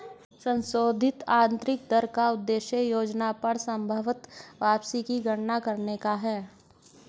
संशोधित आंतरिक दर का उद्देश्य योजना पर संभवत वापसी की गणना करने का है